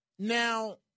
Now